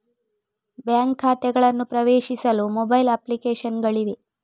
bank ಖಾತೆಗಳನ್ನು ಪ್ರವೇಶಿಸಲು mobile application ಗಳಿವೆ